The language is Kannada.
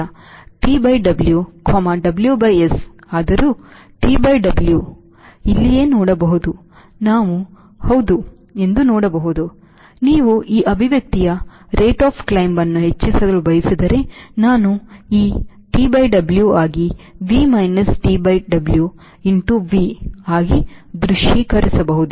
T by WW by S ಆದರೂ T W ನೀವು ಇಲ್ಲಿಯೇ ನೋಡಬಹುದು ನಾವು ಹೌದು ಎಂದು ನೋಡಬಹುದು ನೀವು ಈ ಅಭಿವ್ಯಕ್ತಿಯ rate of climbನ್ನು ಹೆಚ್ಚಿಸಲು ಬಯಸಿದರೆ ನಾನು T W ಆಗಿ V minusD by W into V ಆಗಿ ದೃಶ್ಯೀಕರಿಸಬಹುದು